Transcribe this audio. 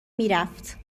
میرفت